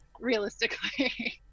realistically